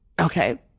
okay